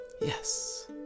Yes